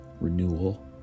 renewal